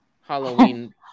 Halloween